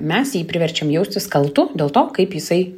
mes jį priverčiam jaustis kaltu dėl to kaip jisai